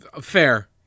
Fair